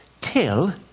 till